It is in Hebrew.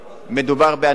מדובר באנשים,